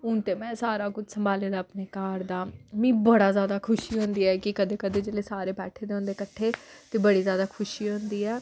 हून ते में सारा कुछ संभाले दा अपने घर दा मिगी बड़ा जादा खुशी होंदी ऐ कि कदें कदें जेल्लै सारे बैठे दे होंदे कट्ठे ते बड़ी जादा खुशी होंदी ऐ